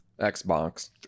Xbox